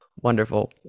wonderful